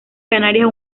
canarias